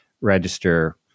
register